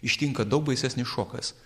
ištinka daug baisesnis šokas